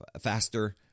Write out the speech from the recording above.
faster